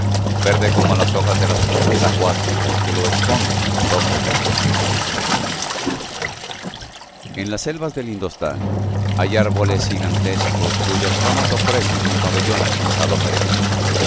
verde como las hojas de las plantas acuáticas que lo esconden á los ojos del viajero en las selvas del indostán hay árboles gigantescos cuyas ramas ofrecen un pabellón al cansado peregrino